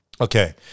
okay